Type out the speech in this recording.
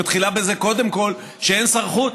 היא קודם כול מתחילה בזה שאין שר חוץ,